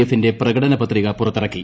എഫിന്റെ പ്രകടനപത്രിക പുറത്തിറക്കി